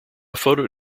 photo